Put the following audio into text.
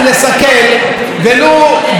ולו באופן זמני,